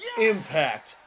Impact